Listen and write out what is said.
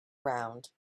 round